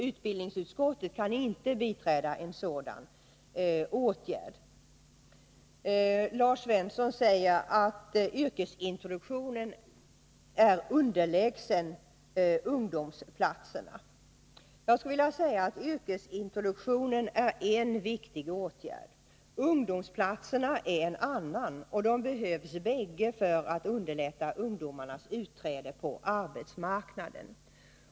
Utbildningsutskottet kan inte biträda en sådan åtgärd. Lars Svensson sade att yrkesintroduktionen är underlägsen ungdomsplatserna. Jag skulle vilja säga att yrkesintroduktionen är en viktig åtgärd, ungdomsplatserna en annan. De behövs båda för att underlätta ungdomarnas utträde på arbetsmarknaden.